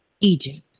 egypt